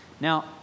Now